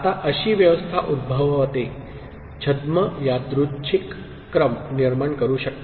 आता अशी व्यवस्था उदभववते छद्म यादृच्छिक क्रम निर्माण करू शकते